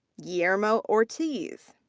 guillermo ortiz.